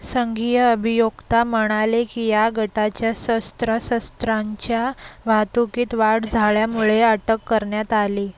संघीय अभियोक्ता म्हणाले की या गटाच्या शस्त्र शस्त्रांच्या वाहतुकीत वाढ झाल्यामुळे अटक करण्यात आली